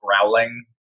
growling